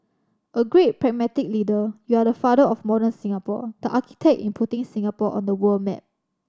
a great pragmatic leader you are the father of modern Singapore the architect in putting Singapore on the world map